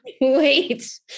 Wait